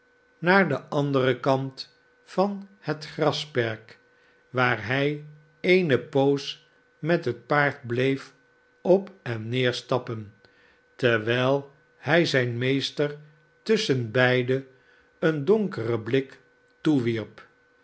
naar den anderen kant van het grasperk waar hij eene poos met het paard bleef op en neer stappen terwijl hij zijn meester tusschenbeide een donkeren blik toewierp